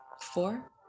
four